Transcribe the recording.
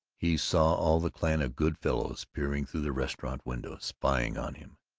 he saw all the clan of good fellows peering through the restaurant window, spying on him.